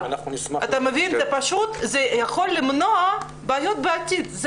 זה יכול למנוע בעיות בעתיד.